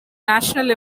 national